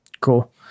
Cool